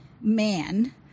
man